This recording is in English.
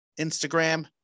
Instagram